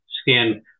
skin